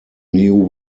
new